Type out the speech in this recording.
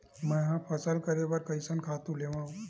मैं ह फसल करे बर कइसन खातु लेवां?